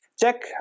Check